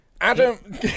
Adam